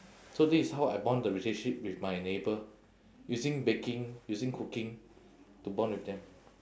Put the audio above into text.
so this is how I bond the relationship with my neighbour using baking using cooking to bond with them